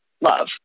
love